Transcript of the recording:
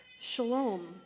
shalom